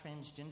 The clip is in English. transgender